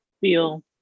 feel